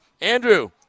Andrew